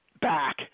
back